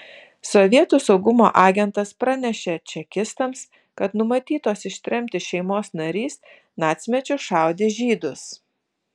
sovietų saugumo agentas pranešė čekistams kad numatytos ištremti šeimos narys nacmečiu šaudė žydus